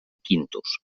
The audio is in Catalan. quintos